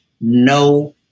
no